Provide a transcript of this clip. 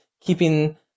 keeping